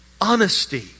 honesty